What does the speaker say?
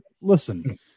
listen